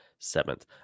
Seventh